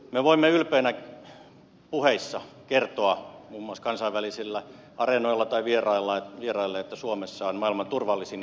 me voimme ylpeinä puheissa kertoa muun muassa kansainvälisillä areenoilla tai kansainvälisille vieraille että suomessa on maailman turvallisin ja puhtain ruoka